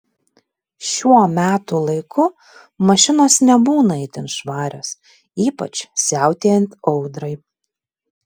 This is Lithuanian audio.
šiuo metų laiku mašinos nebūna itin švarios ypač siautėjant audrai